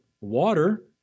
water